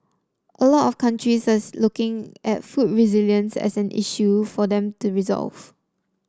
a lot of countries looking at food resilience as an issue for them to resolve